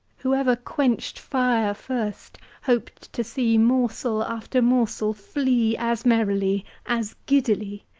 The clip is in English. whoever quenched fire first, hoped to see morsel after morsel flee as merrily, as giddily.